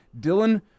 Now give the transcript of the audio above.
Dylan